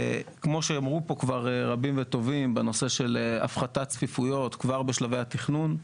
כמו שאמרו פה כבר רבים וטובים בנושא הפחתת צפיפויות כבר בשלבי התכנון,